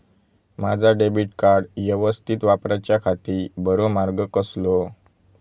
माजा debit card यवस्तीत वापराच्याखाती बरो मार्ग कसलो?